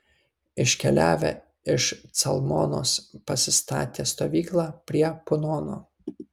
iškeliavę iš calmonos pasistatė stovyklą prie punono